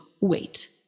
wait